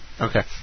Okay